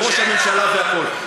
ראש הממשלה והכול,